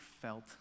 felt